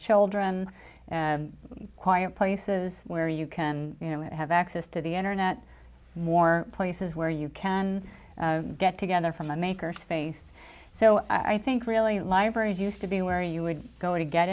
children quiet places where you can you know have access to the internet more places where you can get together from the makers face so i think really libraries used to be where you would go to get